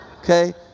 Okay